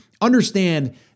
understand